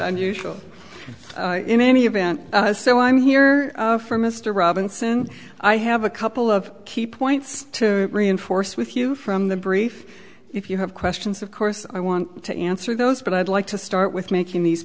than usual in any event so i'm here for mr robinson i have a couple of key points to reinforce with you from the brief if you have questions of course i want to answer those but i'd like to start with making these